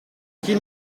qu’il